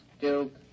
Duke